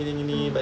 ah